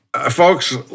folks